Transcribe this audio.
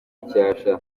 icyasha